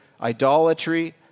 idolatry